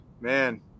Man